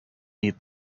eat